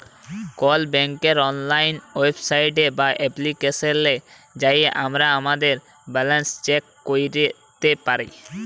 call ব্যাংকের অললাইল website বা এপ্লিকেশলে যাঁয়ে আমরা আমাদের ব্যাল্যাল্স চ্যাক ক্যইরতে পারি